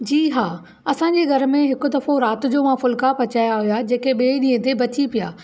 जी हा असांजे घर में हिकु दफ़ो राति जो मां फुलिका पचाया हुया जेके ॿिए ॾींहं ते बची पिया